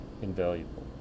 invaluable